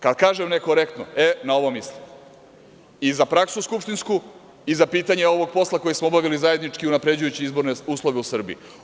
Kada kažem nekorektno, na ovom mislim i za skupštinsku praksu i za pitanje ovog posla koji smo obavili zajednički unapređujući izborne uslove u Srbiji.